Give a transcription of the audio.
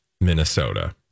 Minnesota